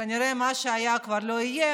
כנראה שמה שהיה כבר לא יהיה,